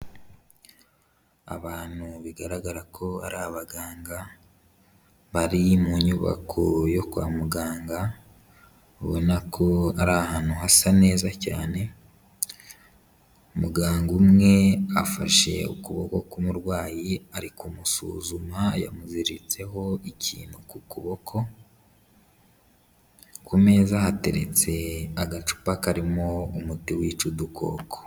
Abantu bigaragara ko ari abaganga, bari mu nyubako yo kwa muganga, ubona ko ari ahantu hasa neza cyane, muganga umwe afashe ukuboko k'umurwayi ari kumusuzuma yamuziritseho ikintu ku kuboko, ku meza hateretse agacupa karimo umuti wica udukoko.